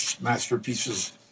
masterpieces